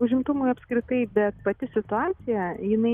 užimtumui apskritai bet pati situacija jinai